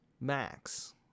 Max